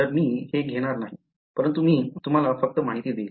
तर मी हे घेणार नाही परंतु मी तुम्हाला फक्त माहिती देईन